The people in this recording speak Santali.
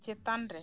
ᱪᱮᱛᱟᱱ ᱨᱮ